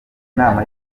nama